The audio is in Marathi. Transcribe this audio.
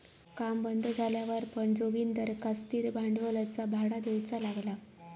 काम बंद झाल्यावर पण जोगिंदरका स्थिर भांडवलाचा भाडा देऊचा लागला